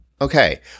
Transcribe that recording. Okay